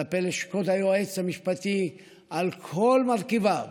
כלפי לשכת היועץ המשפטי על כל מרכיביו.